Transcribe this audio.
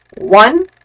One